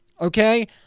Okay